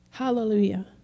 Hallelujah